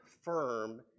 firm